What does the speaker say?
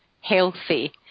healthy